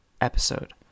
episode